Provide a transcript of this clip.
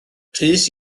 rhys